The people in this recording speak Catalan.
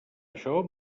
això